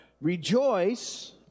Rejoice